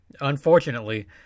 Unfortunately